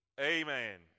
Amen